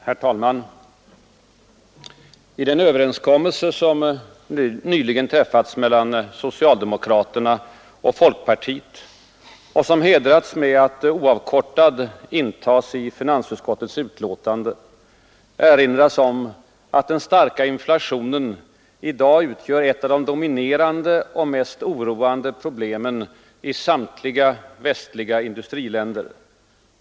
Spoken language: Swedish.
Herr talman! I den överenskommelse som nyligen träffats mellan socialdemokraterna och folkpartiet och som hedrats med att oavkortad intagas i finansutskottets betänkande erinras om att den starka inflationen i dag utgör ”ett av de dominerande och mest oroande problemen i samtliga västliga industriländer”.